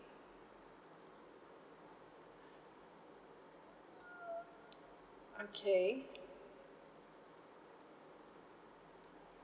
okay